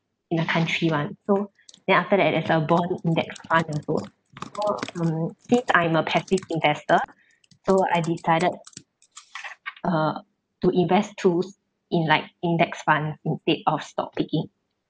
in the country [one] so then after that there's a bond index fund also mm since I'm a passive investor so I decided uh to invest tools in like index fund instead of stock picking